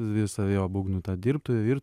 visa jo būgnų tą dirbtuvė vir